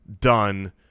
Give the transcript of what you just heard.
done